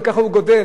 וכך הוא גדל,